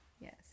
yes